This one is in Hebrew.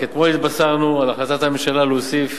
רק אתמול התבשרנו על החלטת הממשלה להוסיף